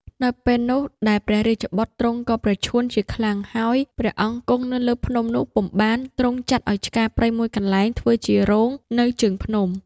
នៅពេលនោះដែលព្រះរាជបុត្រទ្រង់ក៏ប្រឈួនជាខ្លាំង ហើយព្រះអង្គគង់នៅលើភ្នំនោះពុំបាន ទ្រង់ចាត់ឲ្យឆ្ការព្រៃមួយកន្លែងធ្វើជារោងនៅជើងភ្នំ។